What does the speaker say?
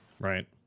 Right